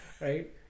Right